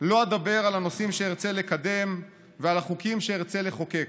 לא אדבר על הנושאים שארצה לקדם ועל החוקים שארצה לחוקק.